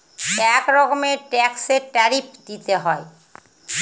এক রকমের ট্যাক্সে ট্যারিফ দিতে হয়